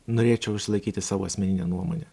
norėčiau išlaikyti savo asmeninę nuomonę